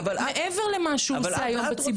מעבר למה שהוא עושה היום בציבורי.